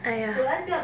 !aiya!